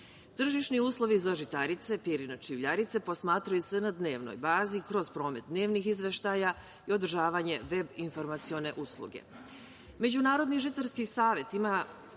Tržišni uslovni za žitarice, pirinač i uljarice posmatraju se na dnevnoj bazi kroz promet dnevnih izveštaja i održavanje veb informacione